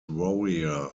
warrior